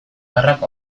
gerrak